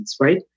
right